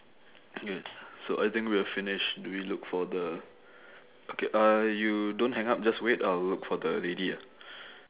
so I think we are finished do we look for the okay uh you don't hang up just wait I will look for the lady ya